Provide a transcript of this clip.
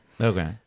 Okay